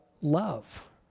love